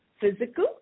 physical